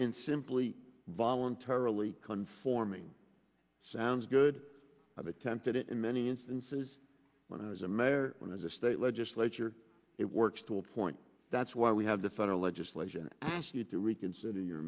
in simply voluntarily conforming sounds good i've attempted it in many instances when i was a mayor and as a state legislature it works to a point that's why we have the federal legislation ask you to reconsider your